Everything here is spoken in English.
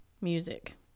music